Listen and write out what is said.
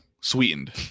Sweetened